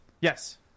Yes